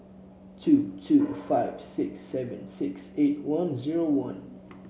two two five six seven six eight one zero one